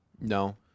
No